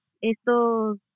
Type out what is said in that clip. estos